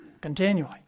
continually